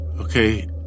okay